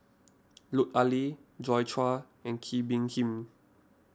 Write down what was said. Lut Ali Joi Chua and Kee Bee Khim